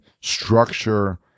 structure